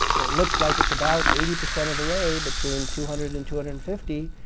it looks like it's about eighty percent of the way between two hundred and two hundred and fifty.